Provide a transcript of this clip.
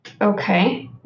Okay